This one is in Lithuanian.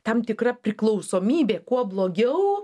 tam tikra priklausomybė kuo blogiau